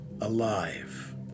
alive